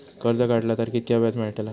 कर्ज काडला तर कीतक्या व्याज मेळतला?